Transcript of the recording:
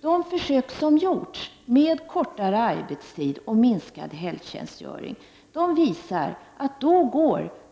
De försök som har gjorts med kortare arbetstider och minskad helgtjänstgöring har inneburit att